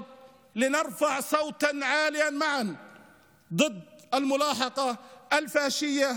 כדי שנרים קול גדול יחד נגד הרדיפה הפשיסטית